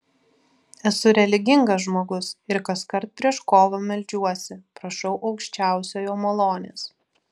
esu religingas žmogus ir kaskart prieš kovą meldžiuosi prašau aukščiausiojo malonės